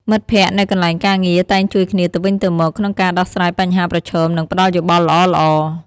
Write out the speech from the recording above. មិត្តភក្តិនៅកន្លែងការងារតែងជួយគ្នាទៅវិញទៅមកក្នុងការដោះស្រាយបញ្ហាប្រឈម និងផ្តល់យោបល់ល្អៗ។